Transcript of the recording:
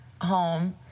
home